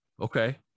Okay